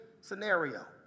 scenario